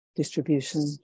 distribution